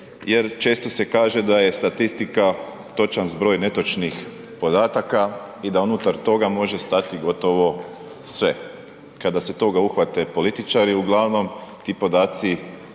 Jer često se kaže da je statistika točan zbroj netočnih podataka i da unutar toga može stati gotovo sve. Kada se toga uhvate političari uglavnom ti podaci